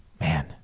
Man